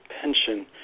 pension